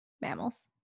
mammals